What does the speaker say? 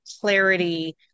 clarity